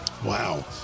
Wow